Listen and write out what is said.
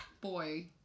boy